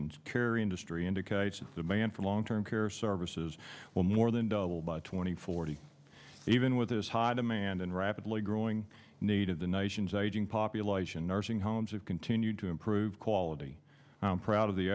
and care industry indicates the man for long term care services will more than double by two thousand and forty even with this high demand and rapidly growing need of the nation's aging population nursing homes have continued to improve quality and proud of the